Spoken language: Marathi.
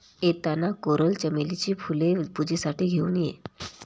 येताना कोरल चमेलीची फुले पूजेसाठी घेऊन ये